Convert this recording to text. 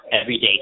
everyday